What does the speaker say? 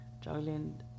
juggling